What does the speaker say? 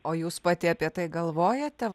o jūs pati apie tai galvojate